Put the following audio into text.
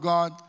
God